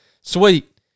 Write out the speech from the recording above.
Sweet